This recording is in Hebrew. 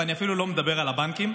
ואני אפילו לא מדבר על הבנקים.